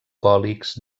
còlics